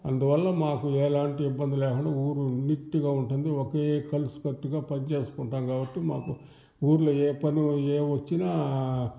అందువల్ల మాకు ఏలాంటి ఇబ్బంది లేకుండా ఊరు నీట్గా ఉంటుంది ఒకే కలిసి కట్టుగా పనిచేసుకుంటాం కాబట్టి మాకు ఊళ్ళో ఏ పని ఏం వచ్చిన